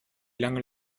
lange